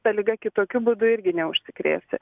ta liga kitokiu būdu irgi neužsikrėsi